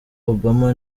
obama